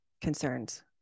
concerns